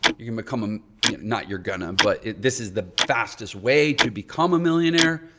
you can become, um yeah not you're gonna but this is the fastest way to become a millionaire.